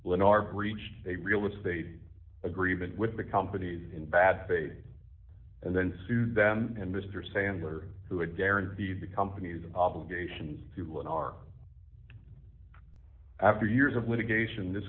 when our breached a real estate agreement with the companies in bad faith and then sued them and mr sandler who had guaranteed the company's obligations to lend our after years of litigation this